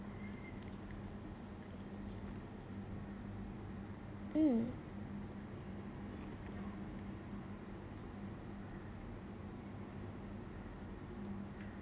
mm